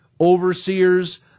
overseers